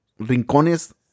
rincones